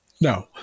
No